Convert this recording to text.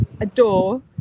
adore